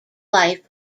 life